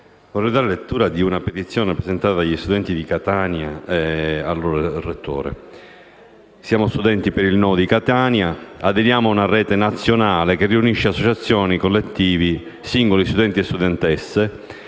vorrei dare lettura di una petizione presentata dagli studenti di Catania al loro rettore: «Siamo studenti per il "No" di Catania, aderiamo ad una rete nazionale che riunisce associazioni, collettivi e singoli studenti e studentesse